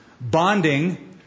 bonding